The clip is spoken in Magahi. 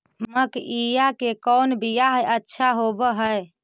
मकईया के कौन बियाह अच्छा होव है?